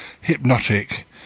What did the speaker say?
hypnotic